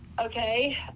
Okay